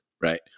right